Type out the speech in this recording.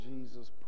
Jesus